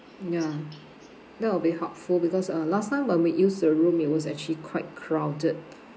ya that will be helpful because uh last time when we used the room it was actually quite crowded